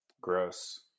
Gross